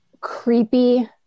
creepy